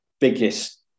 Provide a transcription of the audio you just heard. biggest